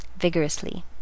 vigorously